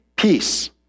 Peace